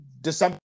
December